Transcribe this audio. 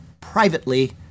privately